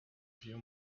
few